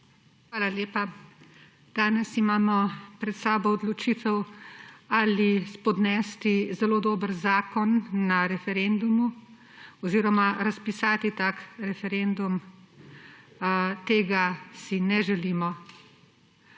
Hvala lepa. Danes imamo pred sabo odločitev, ali spodnesti zelo dober zakon na referendumu oziroma razpisati tako referendum. Tega si ne želimo.